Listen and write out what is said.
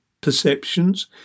perceptions